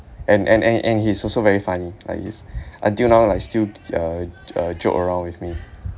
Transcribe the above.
and and and and he's also very funny like he's until now like still uh uh joke around with me